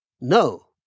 No